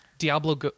Diablo